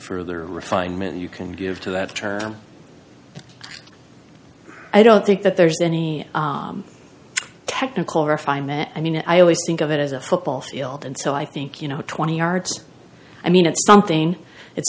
further refinement you can give to that term i don't think that there's any technical refinement i mean i always think of it as a football field and so i think you know twenty yards i mean it's something it's